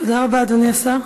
תודה רבה, אדוני השר.